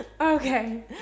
Okay